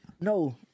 No